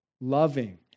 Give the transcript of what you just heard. loving